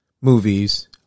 movies